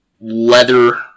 leather